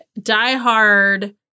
diehard